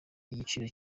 igiciro